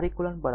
R eq r R1 R2